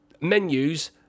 menus